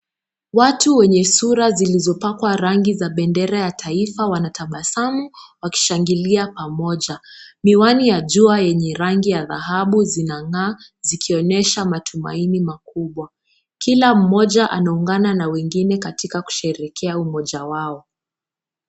Watu wenye sura zilizopakwa rangi ya bendera ya taifa wanatabasamu wakishangilia pamoja. Miwani ya jua yenye rangi ya dhahabu, zinang'aa zikionyesha matumaini makubwa. Kila mmoja anaungana na wengine katika kusherehekea umoja wao.